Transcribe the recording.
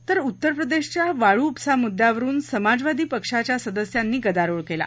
तर उत्तरप्रदेशच्या वाळूउपसा मुद्दयावरुन समाजवादी पक्षाच्या सदस्यांनी गदारोळ केला